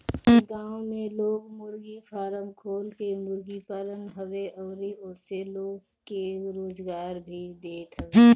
गांव में लोग मुर्गी फारम खोल के मुर्गी पालत हवे अउरी ओसे लोग के रोजगार भी देत हवे